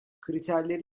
kriterleri